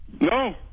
No